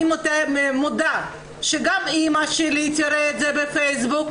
אני מודה שגם אימא שלי תראה את זה בפייסבוק,